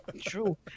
true